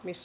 miss